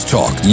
Talk